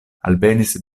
alvenis